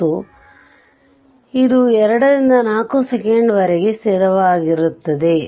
ಮತ್ತು ಇದು 2 ರಿಂದ 4 ಸೆಕೆಂಡ್ ವರೆಗೆ ಸ್ಥಿರವಾಗಿರುತ್ತದೆ